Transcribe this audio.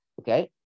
Okay